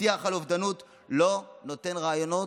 שיח על אובדנות לא נותן רעיונות,